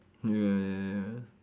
ya ya ya